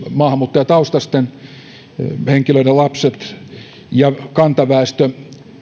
maahanmuuttajataustaisten henkilöiden lasten ja kantaväestön